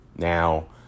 Now